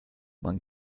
man